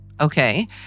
okay